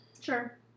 Sure